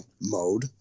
mode